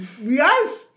Yes